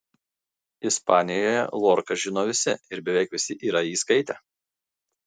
ispanijoje lorką žino visi ir beveik visi yra jį skaitę